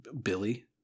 Billy